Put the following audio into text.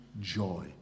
joy